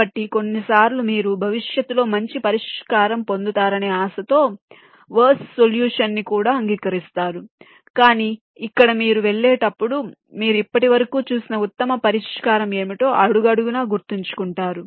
కాబట్టి కొన్నిసార్లు మీరు భవిష్యత్తులో మంచి పరిష్కారం పొందుతారనే ఆశతో వర్స్ సొల్యూషన్ ని కూడా అంగీకరిస్తారు కానీ ఇక్కడ మీరు వెళ్ళేటప్పుడు మీరు ఇప్పటివరకు చూసిన ఉత్తమ పరిష్కారం ఏమిటో అడుగడుగునా గుర్తుంచుకుంటారు